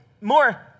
more